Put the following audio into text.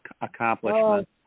accomplishment